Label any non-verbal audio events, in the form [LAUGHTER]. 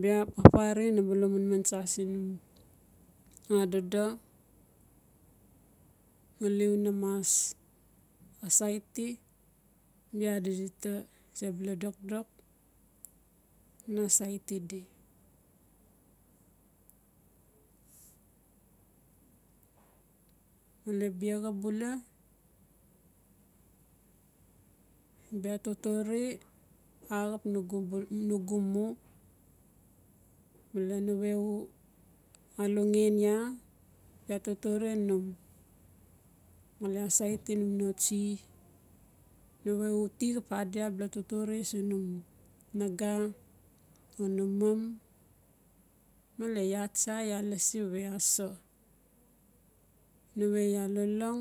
bia [NOISE] papare naba lo manman tsa siin u num adodo ngali una mas asaiti bia si dita sebula dokdok na saiti di male biaxa bula bia totore axap nugu mu male nawe u alongen iaa bia totore num male asaiti num no tsie nawe uti xap adi abala toore siin num naga o nun mom male iaa xsa lasi we aso. Nawe iaa lolong